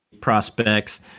prospects